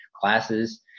classes